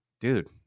Dude